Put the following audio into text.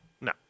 no